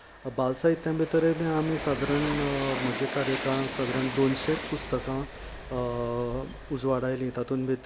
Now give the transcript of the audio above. बाल साहित्या भितरय बी आमी सादारण म्हज्या कार्यकाळांत सादारण दोनशेंक पुस्तकां उजवाडायली तातूंत भितर